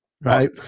right